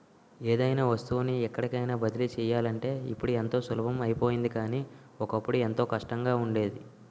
ఏదైనా వస్తువుని ఎక్కడికైన బదిలీ చెయ్యాలంటే ఇప్పుడు ఎంతో సులభం అయిపోయింది కానీ, ఒకప్పుడు ఎంతో కష్టంగా ఉండేది